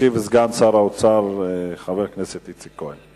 ישיב סגן שר האוצר, חבר הכנסת יצחק כהן.